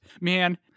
man